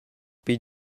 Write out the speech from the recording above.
pli